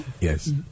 yes